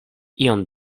iom